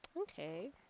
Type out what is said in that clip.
Okay